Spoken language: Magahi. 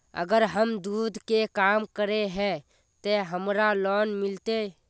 अगर हम दूध के काम करे है ते हमरा लोन मिलते?